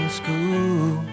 school